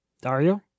Dario